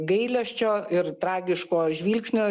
gailesčio ir tragiško žvilgsnio